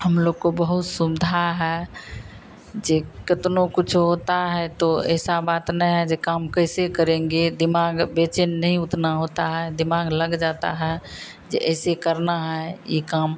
हमलोग को बहुत सुविधा है जो कितना भी कुछ होता है तो ऐसी बात नहीं है जो काम कैसे करेंगे दिमाग अब बेचैन नहीं उतना होता है दिमाग लग जाता है जो ऐसे करना है यह काम